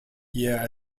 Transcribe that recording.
yeah